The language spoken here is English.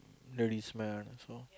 ladies man also